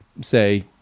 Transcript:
say